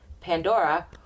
Pandora